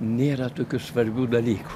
nėra tokių svarbių dalykų